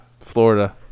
Florida